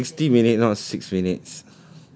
are you sure it's sixty minute not six minutes